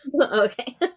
Okay